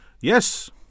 Yes